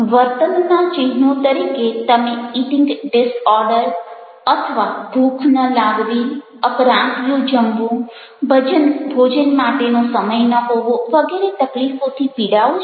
વર્તનના ચિહ્નો તરીકો તમે ઈટિંગ ડિસઓર્ડર અથવા ભૂખ ન લાગવી અકરાંતિયું જમવું ભોજન માટેનો સમય ન હોવો વગેરે તકલીફોથી પીડાઓ છો